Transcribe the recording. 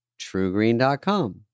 Truegreen.com